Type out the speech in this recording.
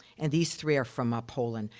and these three are from ah poland.